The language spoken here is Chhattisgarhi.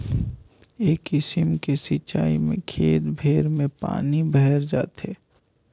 ए किसिम के सिचाई में खेत भेर में पानी भयर जाथे